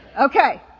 Okay